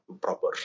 proper